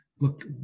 look